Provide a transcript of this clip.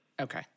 Okay